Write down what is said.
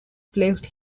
placed